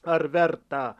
ar verta